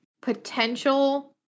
potential